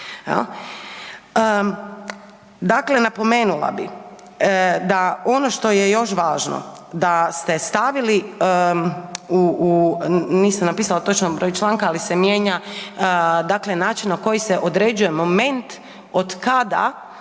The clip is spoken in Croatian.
Dakle, napomenula bi da ono što je još važno, da ste stavili, nisam napisala toćan broj članka ali se mijenja dakle način na koji se određuje moment od kada